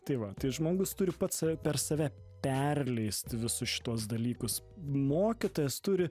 tai va tai žmogus turi pats save per save perleist visus šituos dalykus mokytojas turi